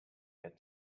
had